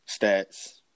stats